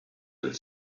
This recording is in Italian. del